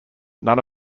none